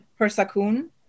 Persakun